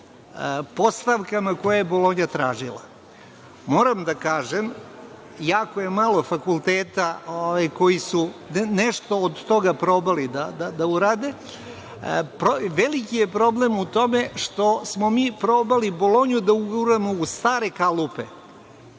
postavkama koje je Bolonja tražila. Moram da kažem, jako je malo fakulteta koji su nešto od toga probali da urade. Veliki je problem u tome što smo mi probali Bolonju da uguramo u stare kalupe.